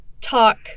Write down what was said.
talk